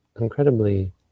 incredibly